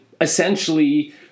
essentially